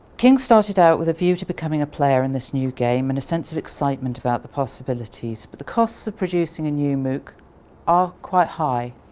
king's started out with a view to becoming a big player in this new game and a sense of excitement about the possibililities but the costs of producing new mooc are quite high.